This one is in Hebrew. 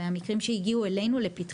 מהמקרים שהגיעו אלינו לפתחנו.